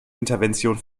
intervention